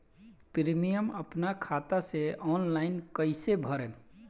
Premium अपना खाता से ऑनलाइन कईसे भरेम?